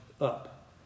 up